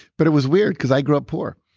but it was weird because i grew up poor.